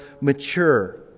mature